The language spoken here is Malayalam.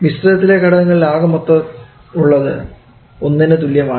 മിശ്രിതത്തിലെ ഘടകങ്ങളുടെ ആകെമൊത്തമുള്ളത് ഒന്നിന് തുല്യമാണ്